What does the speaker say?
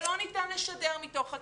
שלא ניתן לשדר מתוך הכיתות,